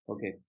Okay